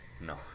no